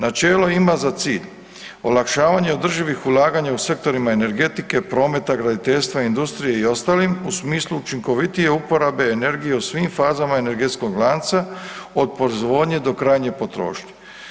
Načelo ima za cilj olakšavanje održivih ulaganja u sektorima energetike, prometa, graditeljstva, industrije i ostalim u smislu učinkovitije uporabe energije u svim fazama energetskog lanca od proizvodnje do krajnje potrošnje.